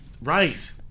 right